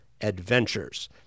adventures